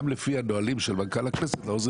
גם לפי הנוהלים של מנכ"ל הכנסת לעוזרים